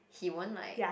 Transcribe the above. he won't like